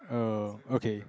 err okay